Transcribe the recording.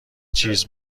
چیز